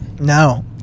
no